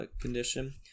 condition